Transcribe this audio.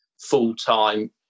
full-time